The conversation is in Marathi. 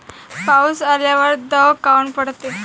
पाऊस आल्यावर दव काऊन पडते?